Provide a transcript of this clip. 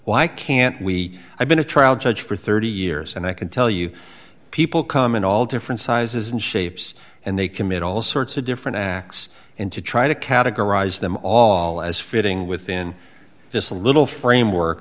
why can't we i've been a trial judge for thirty years and i can tell you people come in all different sizes and shapes and they commit all sorts of different acts and to try to categorize them all as fitting within this little framework